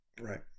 Right